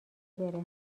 بره